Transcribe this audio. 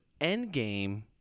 endgame